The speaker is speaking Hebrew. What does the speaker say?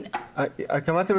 אחד קשור בשני?